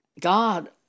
God